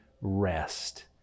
rest